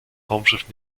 raumschiff